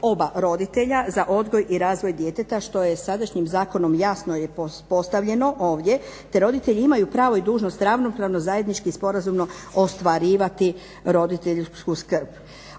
oba roditelja za odgoj i razvoj djeteta što je sadašnjim zakonom jasno je postavljeno ovdje, te roditelji imaju pravo i dužnost ravnopravno zajednički i sporazumno ostvarivati roditeljsku skrb.